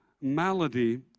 malady